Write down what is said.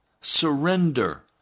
surrender